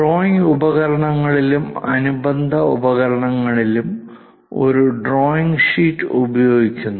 drawing ഉപകരണങ്ങളിലും അനുബന്ധ ഉപകരണങ്ങളിലും ഒരു ഡ്രോയിംഗ് ഷീറ്റ് ഉപയോഗിക്കുന്നു